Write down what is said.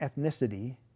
ethnicity